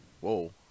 Whoa